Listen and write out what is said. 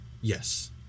Yes